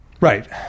Right